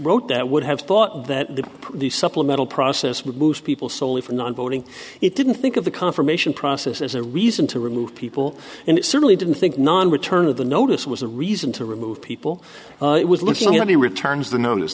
wrote that would have thought that the the supplemental process with people soley for not voting it didn't think of the confirmation process as a reason to remove people and it certainly didn't think non return of the notice was a reason to remove people it was looking at the returns